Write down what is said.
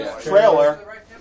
trailer